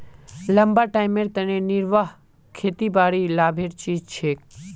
लंबा टाइमेर तने निर्वाह खेतीबाड़ी लाभेर चीज छिके